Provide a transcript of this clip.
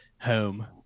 home